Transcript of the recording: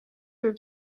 võib